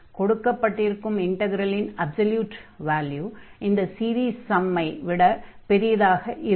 கொடுக்கப்பட்டிருக்கும் இன்டக்ரலின் அப்ஸல்யூட் மதிப்பு இந்த சீரீஸ் ஸம்மை விடப் பெரிதாக இருக்கும்